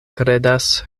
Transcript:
kredas